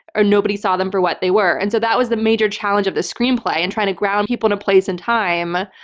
ah nobody saw them for what they were. and so that was the major challenge of the screenplay, and trying to ground people in a place and time,